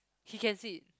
he can sit